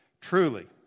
Truly